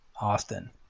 austin